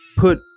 put